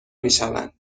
میشوند